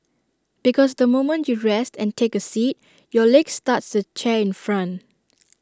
because the moment you rest and take A seat your legs touch the chair in front